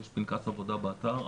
יש פנקס עבודה באתר,